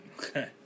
Okay